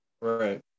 Right